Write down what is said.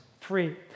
free